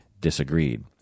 disagreed